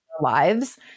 lives